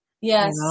Yes